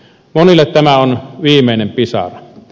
monille tämä on viimeinen pisara